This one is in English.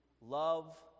love